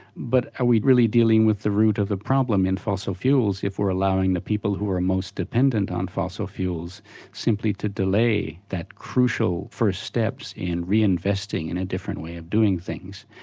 but are we really dealing with the root of the problem in fossil fuels if we're allowing the people who are most dependent on fossil fuels simply to delay that crucial first step in reinvesting and a different way of doing things.